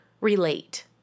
relate